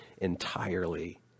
entirely